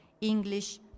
English